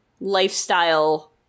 lifestyle